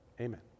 amen